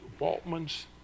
Waltman's